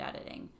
editing